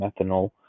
methanol